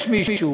יש מישהו